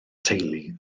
teulu